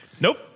Nope